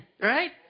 right